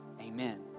Amen